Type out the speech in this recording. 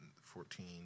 fourteen